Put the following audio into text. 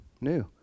new